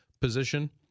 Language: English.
position